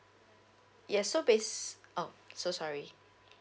yes so based uh so sorry